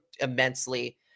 immensely